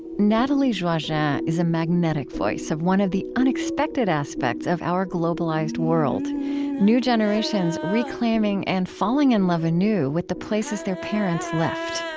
nathalie joachim yeah is a magnetic voice of one of the unexpected aspects of our globalized world new generations reclaiming and falling in love anew with the places their parents left.